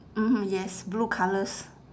mmhmm yes blue colours